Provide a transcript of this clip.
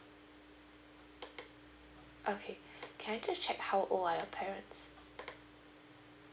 okay can I just check how old are your parents